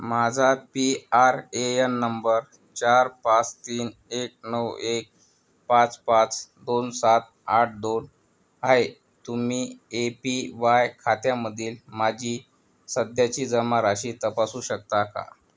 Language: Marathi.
माझा P R A N number चार पाच तीन एक नऊ एक पाच पाच दोन सात आठ दोन आहे तुमी ए पी वाय खात्यामधील माझी सध्याची जमाराशी तपासू शकता का